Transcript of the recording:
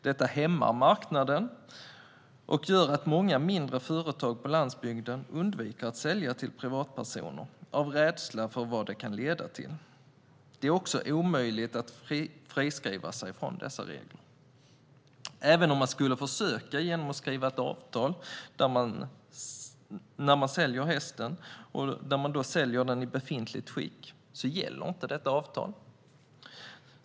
Detta hämmar marknaden och gör att många mindre företag på landsbygden undviker att sälja till privatpersoner av rädsla för vad det kan leda till. Det är också omöjligt att friskriva sig från dessa regler. Även om man skulle försöka genom att skriva ett avtal där man säljer hästen i befintligt skick gäller inte detta avtal.